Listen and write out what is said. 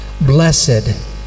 blessed